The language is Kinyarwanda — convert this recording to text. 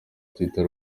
twitter